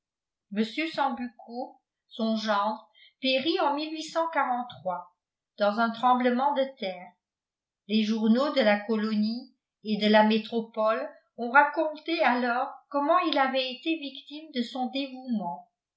mr sambucco son gendre périt en dans un tremblement de terre les journaux de la colonie et de la métropole ont raconté alors comment il avait été victime de son dévouement